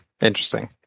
Interesting